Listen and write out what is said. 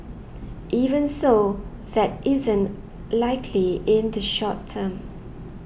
even so that isn't likely in the short term